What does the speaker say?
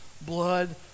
blood